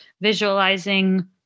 visualizing